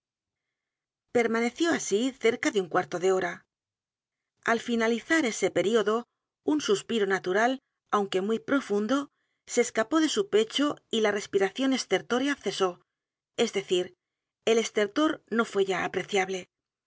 permaneció así cerca de un cuarto de hora al finalizar ese período un suspiro natural aunque muy profundo se escapó de su pecho y la respiración estertórea cesó es decir el estertor no fué ya apreciable